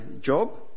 job